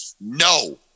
no